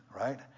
right